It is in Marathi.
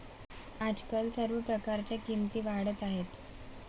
आजकाल सर्व प्रकारच्या किमती वाढत आहेत